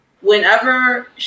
Whenever